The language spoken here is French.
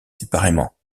séparément